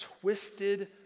twisted